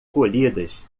colhidas